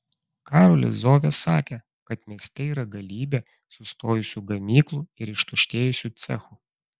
karolis zovė sakė kad mieste yra galybė sustojusių gamyklų ir ištuštėjusių cechų